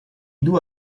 due